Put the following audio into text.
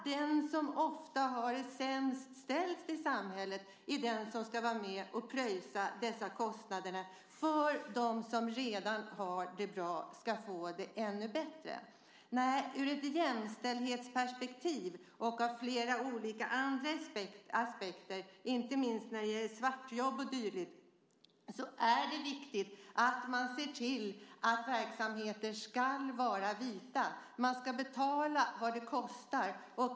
Den som ofta har det sämst ställt i samhället är den som ska vara med och pröjsa dessa kostnader för att de som redan har det bra ska få det ännu bättre. Nej, ur ett jämställdhetsperspektiv och ur flera andra aspekter, inte minst när det gäller svartjobb och dylikt, är det viktigt att man ser till att verksamheter ska vara vita. Man ska betala vad det kostar.